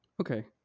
Okay